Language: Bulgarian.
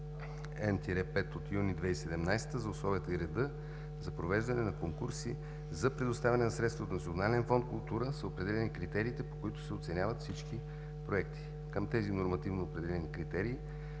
Н-5 от юни 2017 г. за условията и реда за провеждане на конкурси за предоставяне на средства от Национален фонд „Култура“ са определени критериите, по които се оценяват всички проекти. Към тези нормативно определени критерии